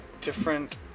different